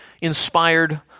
inspired